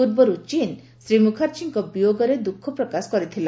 ପୂର୍ବରୁ ଚୀନ୍ ଶ୍ରୀ ମୁଖାର୍ଜୀଙ୍କ ବିୟୋଗରେ ଦୁଃଖ ପ୍ରକାଶ କରିଥିଲା